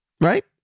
right